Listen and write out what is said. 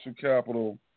capital